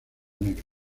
negra